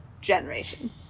generations